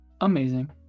amazing